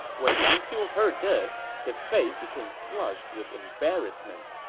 when yang xiu heard this, his face became flushed with embarrassment.